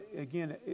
again